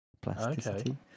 Plasticity